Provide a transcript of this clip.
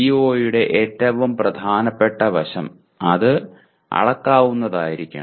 CO യുടെ ഏറ്റവും പ്രധാനപ്പെട്ട വശം അത് അളക്കാവുന്നതായിരിക്കണം